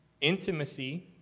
intimacy